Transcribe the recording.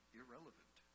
irrelevant